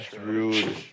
rude